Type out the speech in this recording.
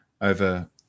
over